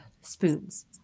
spoons